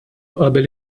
qabel